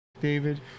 David